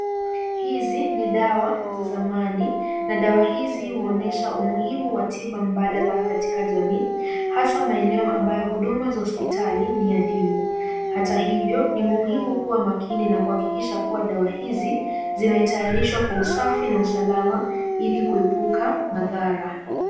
Hizi ni dawa za zamani na dawa hizi huonyesha umuhimu wa tiba mbadala katika jamii hasa maeneo ambayo huduma za hospitali ni adimu hata hivyo ni muhimu kuwa makini na kuhakikisha kuwa dawa hizi zimetayarishwa kwa usafi na usalama ili kuepuka madhara.